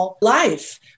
life